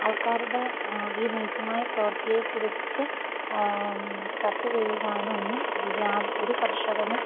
ആൾക്കാരുടെ ഈ നീജമായ പ്രവർത്തിയെ കുറിച്ച് ചർച്ച ചെയ്യുവാനൊന്നും യാതൊരു കർഷകനും